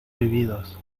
vividos